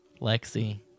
Lexi